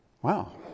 Wow